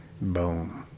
Boom